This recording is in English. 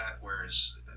Whereas